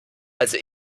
also